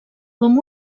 com